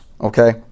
okay